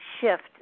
shift